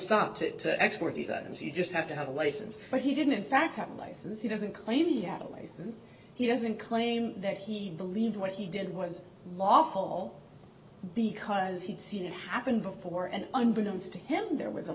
stop to export these items you just have to have a license but he didn't in fact atlases he doesn't claim he have a license he doesn't claim that he believed what he did was lawful because he'd seen it happen before and unbeknownst to him there was a